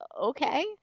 okay